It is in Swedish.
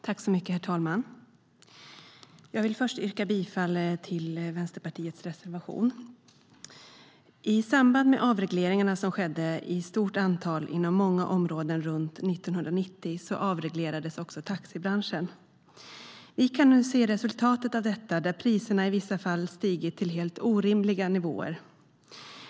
Herr talman! Jag vill yrka bifall till Vänsterpartiets reservation. I samband med avregleringarna som skedde i stort antal inom många områden runt 1990 avreglerades också taxibranschen. Vi kan nu se resultat av detta, där priserna i vissa fall stigit till helt orimliga nivåer.